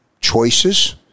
choices